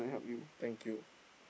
thank you